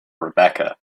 rebecca